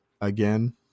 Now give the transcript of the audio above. again